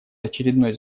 очередной